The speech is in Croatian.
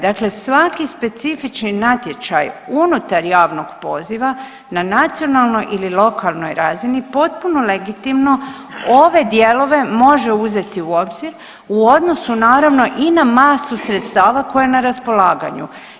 Dakle svaki specifični natječaj unutar javnog poziva na nacionalnoj ili lokalnoj razini potpuno legitimno ove dijelove može uzeti u obzir u odnosu naravno i na masu sredstava koje je na raspolaganju.